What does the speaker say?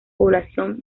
población